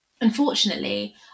Unfortunately